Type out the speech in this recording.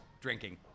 drinking